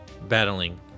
battling